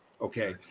Okay